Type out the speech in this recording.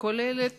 כוללת